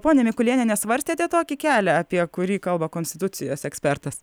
ponia mikulėniene svarstėte tokį kelią apie kurį kalba konstitucijos ekspertas